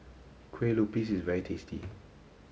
Kue Lupis is very tasty